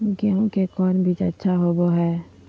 गेंहू के कौन बीज अच्छा होबो हाय?